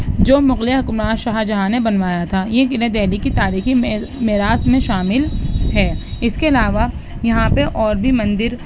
جو مغلیہ حکمراں شاہجہاں نے بنوایا تھا یہ قلعہ دہلی کی تاریخی میراث میں شامل ہے اس کے علاوہ یہاں پہ اور بھی مندر